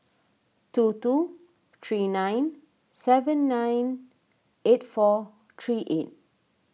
two two three nine seven nine eight four three eight